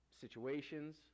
situations